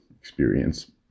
experience